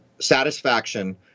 satisfaction